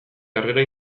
harrera